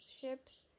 ships